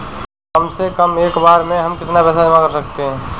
कम से कम एक बार में हम कितना पैसा जमा कर सकते हैं?